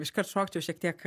iškart šokčiau šiek tiek